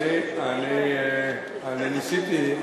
אני ניסיתי,